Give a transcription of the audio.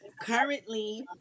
Currently